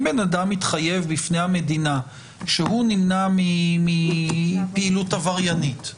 אם בן אדם התחייב בפני המדינה שהוא נמנע מפעילות עבריינית,